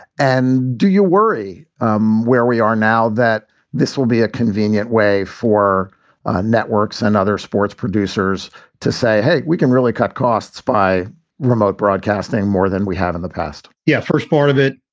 and do you worry um where we are now that this will be a convenient way for networks and other sports producers to say, hey, we can really cut costs by remote broadcasting more than we have in the past? yeah, first part of it.